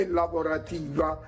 lavorativa